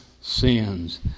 sins